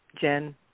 Jen